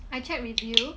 I check review